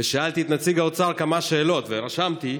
ושאלתי את נציג האוצר כמה שאלות, ורשמתי.